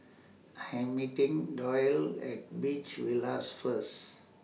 I Am meeting Doyle At Beach Villas First